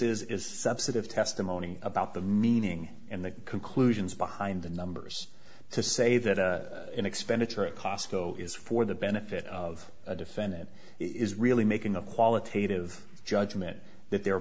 is is subset of testimony about the meaning and the conclusions behind the numbers to say that an expenditure at costco is for the benefit of a defendant is really making a qualitative judgment that they are